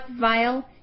vial